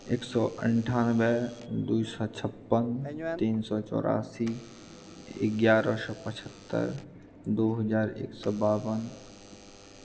एक सए अंठानबे दू सए छप्पन तीन सए चौरासी एगारह सए पचहत्तर दु हजार एक सए बाओन